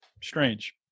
strange